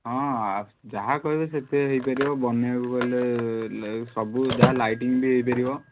ହଁ ଯାହା କହିବେ ସେଥିରେ ହେଇପାରିବ ବାନାଇବାକୁ କହିଲେ ସବୁ ଯାହା ଲାଇଟିଙ୍ଗ୍ ବି ହେଇ ପାରିବ